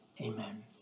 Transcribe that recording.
Amen